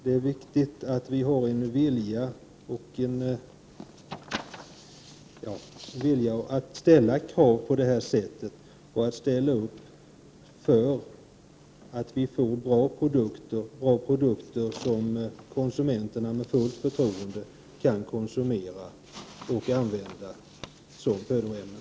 Det är viktigt att vi har en vilja att ställa krav på det sättet och att ställa upp för att få bra produkter som konsumenterna med fullt förtroende kan använda som födoämnen.